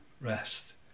rest